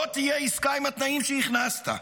לא תהיה עסקה עם התנאים שהכנסת,